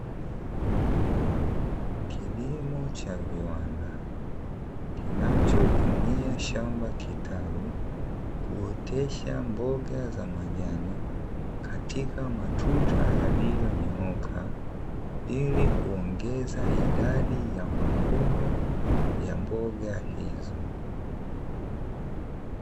Kilimo cha viwanda kinachotumia shamba kitalu kuotesha mboga za majani katika matuta yaliyonyooka, ili kuongeza idadi ya mavuno ya mboga hizo.